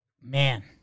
Man